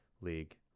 league